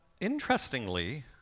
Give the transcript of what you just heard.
interestingly